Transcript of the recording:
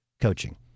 coaching